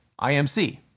IMC